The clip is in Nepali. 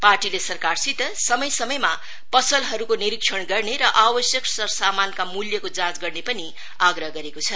पार्टीले सरकारसित समय समयमा पसलहरुको निरीक्षण गर्ने र आवश्यक सरसामानका मूल्यको जाँच गर्ने पनि आग्रह गरेको छ